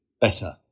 better